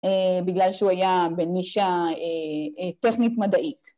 ‫בגלל שהוא היה בנישה טכנית מדעית.